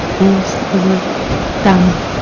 is the word tam.